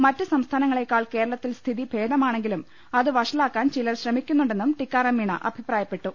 മറ്റ് സംസ്ഥാനങ്ങളേക്കാൾ കേരളത്തിൽ സ്ഥിതി ഭേദമാണെ ങ്കിലും അത് വഷളാക്കാൻ ചിലർ ശ്രമിക്കുന്നുണ്ടെന്നും ടിക്കാറാം മീണ അഭിപ്രായപ്പെട്ടു